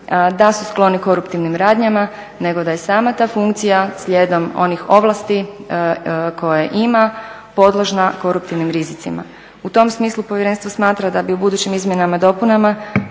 da su skloni koruptivnim radnjama nego da je sama ta funkcija slijedom onih ovlasti koje ima podložna koruptivnim rizicima. U tom smislu povjerenstvo smatra da bi u budućim izmjenama i dopunama